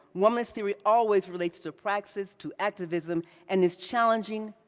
womanist theory always relates to practices, to activism, and is challenging,